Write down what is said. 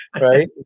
right